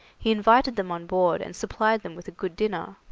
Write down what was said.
he invited them on board and supplied them with a good dinner.